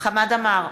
חמד עמאר,